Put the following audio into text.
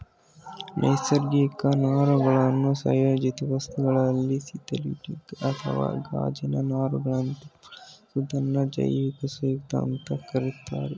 ನೈಸರ್ಗಿಕ ನಾರುಗಳನ್ನು ಸಂಯೋಜಿತ ವಸ್ತುಗಳಲ್ಲಿ ಸಿಂಥೆಟಿಕ್ ಅಥವಾ ಗಾಜಿನ ನಾರುಗಳಂತೆ ಬಳಸೋದನ್ನ ಜೈವಿಕ ಸಂಯುಕ್ತ ಅಂತ ಕರೀತಾರೆ